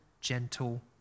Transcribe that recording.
gentle